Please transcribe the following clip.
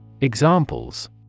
Examples